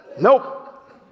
Nope